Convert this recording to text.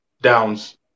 downs